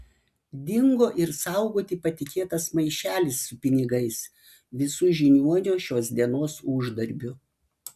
dingo ir saugoti patikėtas maišelis su pinigais visu žiniuonio šios dienos uždarbiu